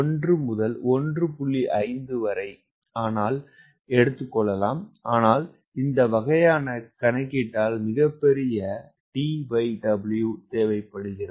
5 வரை ஆனால் இந்த வகையான கணக்கீட்டால் மிகப்பெரிய TW தேவைபடுகிறது